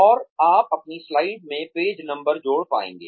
और आप अपनी स्लाइड्स में पेज नंबर जोड़ पाएंगे